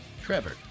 Trevor